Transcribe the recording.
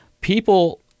People